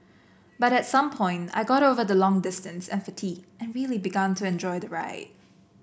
but at some point I got over the long distance and fatigue and really began to enjoy the ride